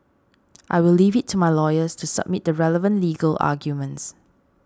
I will leave it to my lawyers to submit the relevant legal arguments